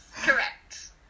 correct